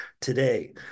today